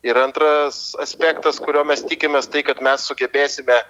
ir antras aspektas kurio mes tikimės tai kad mes sugebėsime